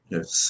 Yes